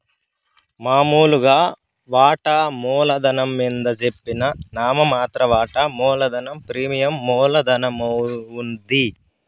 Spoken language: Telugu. మామూలుగా వాటామూల ధనం మింద జెప్పిన నామ మాత్ర వాటా మూలధనం ప్రీమియం మూల ధనమవుద్ది